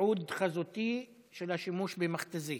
תיעוד חזותי של השימוש במכת"זית.